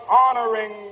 honoring